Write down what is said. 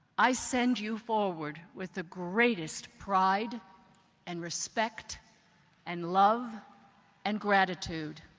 i send you forward with the greatest pride and respect and love and gratitude.